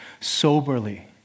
soberly